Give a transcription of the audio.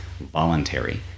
voluntary